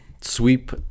sweep